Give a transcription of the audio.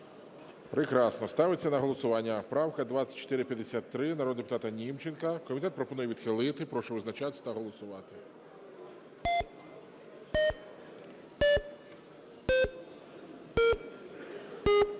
Прекрасно. Ставиться на голосування правка 2453 народного депутата Німченка. Комітет пропонує відхилити. Прошу визначатися та голосувати.